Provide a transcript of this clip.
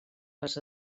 les